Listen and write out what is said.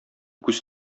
күз